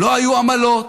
לא היו עמלות,